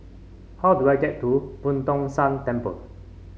how do I get to Boo Tong San Temple